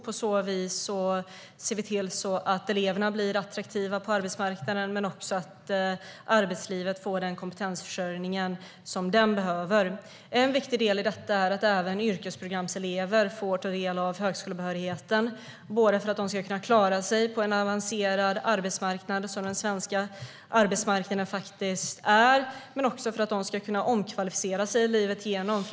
På så vis ser vi till att eleverna blir attraktiva på arbetsmarknaden och att arbetsmarknaden får den kompetensförsörjning den behöver. En viktig del i detta är att även yrkesprogramselever får högskolebehörighet så att de kan klara sig på den avancerade svenska arbetsmarknaden och även kunna omkvalificera sig livet igenom.